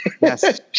Yes